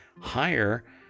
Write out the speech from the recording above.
higher